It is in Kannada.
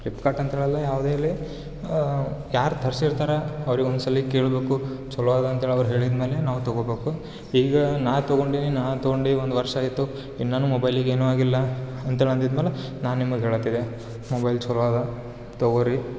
ಫ್ಲಿಪ್ಕಾರ್ಟ್ ಅಂತೇಳಲ್ಲ ಯಾವುದೇ ಇರಲಿ ಯಾರು ತರ್ಸಿರ್ತಾರೆ ಅವ್ರಿಗೆ ಒಂದು ಸಲ ಕೇಳ್ಬೇಕು ಚಲೋ ಅದಾ ಅಂತೇಳಿ ಅವ್ರು ಹೇಳಿದ ಮೇಲೆ ನಾವು ತಗೋಬೇಕು ಈಗ ನಾ ತಗೊಂಡೀನಿ ನಾ ತಗೊಂಡೀಗ ಒಂದು ವರ್ಷ ಆಯಿತು ಇನ್ನು ನನ್ನ ಮೊಬೈಲಿಗೇನು ಆಗಿಲ್ಲ ಅಂತೇಳಿ ಅಂದಿದ್ದ ಮೇಲೆ ನಾನು ನಿಮಗೆ ಹೇಳುತಿದ್ದೆ ಮೊಬೈಲ್ ಚಲೋ ಅದ ತಗೋ ರೀ